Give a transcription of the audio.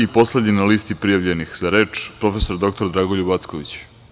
Poslednji na listi prijavljenih za reč, prof. dr Dragoljub Acković.